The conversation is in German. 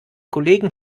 kollegen